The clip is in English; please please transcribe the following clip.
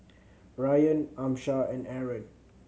Ryan Amsyar and Aaron